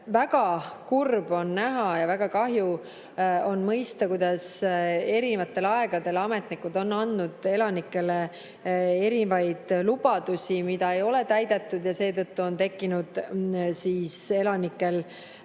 Väga kurb on näha ja väga kahju on mõista, kuidas erinevatel aegadel ametnikud on andnud elanikele erinevaid lubadusi, mida ei ole täidetud, ja seetõttu on tekkinud elanikel